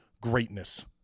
greatness